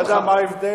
אתה יודע מה ההבדל,